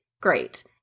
great